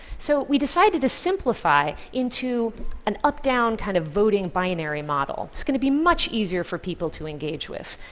so we decided to simplify into an up-down kind of voting binary model. it's going to be much easier for people to engage with.